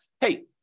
hey